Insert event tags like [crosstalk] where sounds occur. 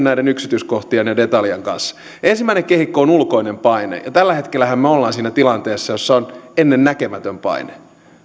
[unintelligible] näiden yksityiskohtien ja detaljien kanssa ensimmäinen kehikko on ulkoinen paine ja tällä hetkellähän me olemme siinä tilanteessa jossa on ennennäkemätön paine